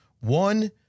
One